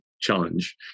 challenge